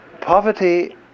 poverty